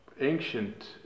ancient